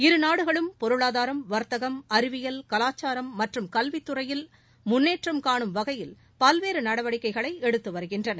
இருநாடுகளும் பொருளாதாரம் வர்த்தகம் அறிவியல் கலாச்சாரம் மற்றும் கல்வித்துறையில் முன்னேற்றும் காணுவம் கையில் பல்வேறு நடவடிக்கைகளை எடுத்து வருகின்றன